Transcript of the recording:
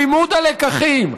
לימוד הלקחים,